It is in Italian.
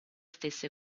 stesse